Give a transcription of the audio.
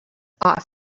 off